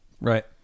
Right